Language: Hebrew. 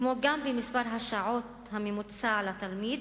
כמו גם במספר השעות הממוצע לתלמיד